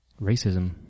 racism